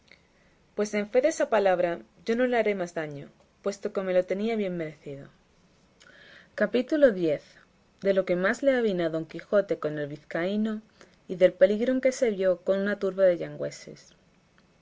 pues en fe de esa palabra yo no le haré más daño puesto que me lo tenía bien merecido capítulo x de lo que más le avino a don quijote con el vizcaíno y del peligro en que se vio con una turba de yangüeses ya